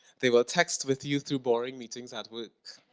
they will text with you through boring meetings at work.